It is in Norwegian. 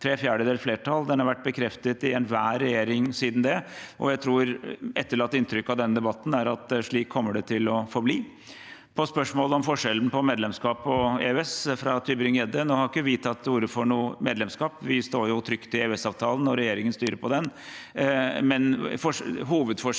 tre fjerdedels flertall. Den har vært bekreftet i enhver regjering siden det, og jeg tror det etterlatte inntrykket av denne debatten er at slik kommer det til å forbli. Så til spørsmålet om forskjellen på medlemskap og EØS, fra Tybring-Gjedde. Nå har ikke vi tatt til orde for noe medlemskap. Vi står trygt i EØS-avtalen, og regjeringen styrer på den.